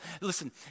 Listen